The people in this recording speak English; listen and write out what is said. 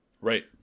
right